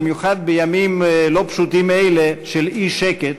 במיוחד בימים לא פשוטים אלה של אי-שקט,